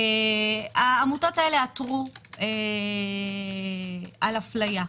העמותות הללו עתרו על אפליה.